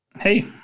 Hey